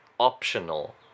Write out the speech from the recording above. optional